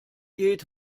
geht